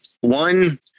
One